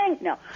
No